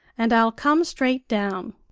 and i'll come straight down.